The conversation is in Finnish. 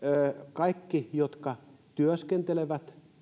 kaikki jotka työskentelevät